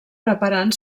preparant